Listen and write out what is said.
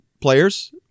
players